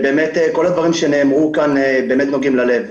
כל הדברים שנאמרו כאן באמת נוגעים ללב.